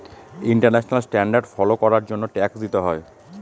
international standard follow করার জন্য tax দিতে হয়